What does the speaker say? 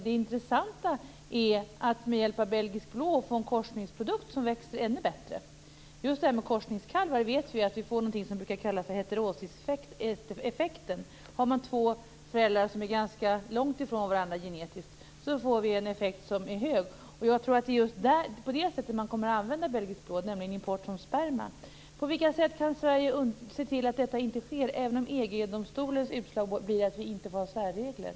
Det intressanta för dem är att med hjälp av belgisk blå få en korsningprodukt som växer ännu bättre. När det gäller just detta med korsningskalvar vet vi att vi får något som brukar kallas för heterosiseffekten. Om man har två föräldrar som är ganska långt ifrån varandra genetiskt får man en hög effekt. Jag tror att det egentligen är på det sättet som man kommer att använda belgisk blå, nämligen genom import av sperma. På vilka sätt kan Sverige se till att detta inte sker, även om EG domstolens utslag blir att vi inte får ha särregler?